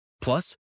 Plus